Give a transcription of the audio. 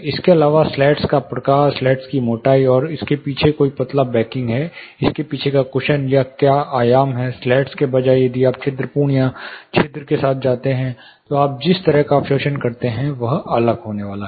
इसके अलावा स्लैट्स का प्रकार स्लैट्स की मोटाई क्या इसके पीछे कोई पतला बैकिंग है इसके पीछे का कुशन या क्या आयाम है स्लैट्स के बजाय यदि आपके पास छिद्रपूर्ण या छिद्र हैं तो आप जिस तरह का अवशोषण करते हैं अलग होने जा रहा है